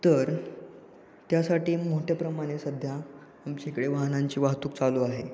तर त्यासाठी मोठ्या प्रमाणे सध्या आमच्या इकडे वाहनांची वाहतूक चालू आहे